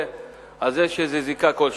יש זיקה כלשהי.